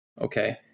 okay